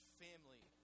family